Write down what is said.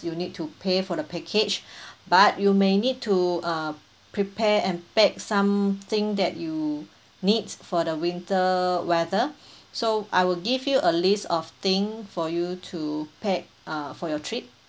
you need to pay for the package but you may need to uh prepare and pack some thing that you needs for the winter weather so I will give you a list of thing for you to pack uh for your trip